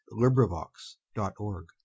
LibriVox.org